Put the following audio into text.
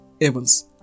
evans